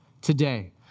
today